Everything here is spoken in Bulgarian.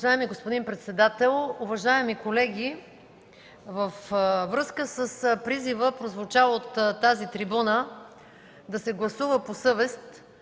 Уважаеми господин председател, уважаеми колеги! Във връзка с призива, прозвучал от тази трибуна, да се гласува по съвест,